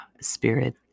spirit